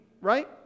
right